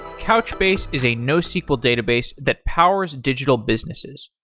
couchbase is a nosql database that powers digital businesses.